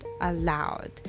allowed